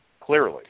clearly